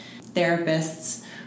therapists